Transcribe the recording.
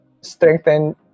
strengthen